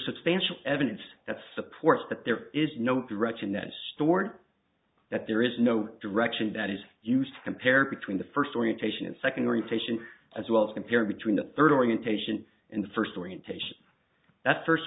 substantial evidence that supports that there is no direction that is stored that there is no direction that is used to compare between the first orientation and second retention as well as compared to in the third orientation in the first orientation that first